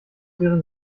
wäre